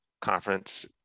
conference